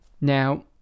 Now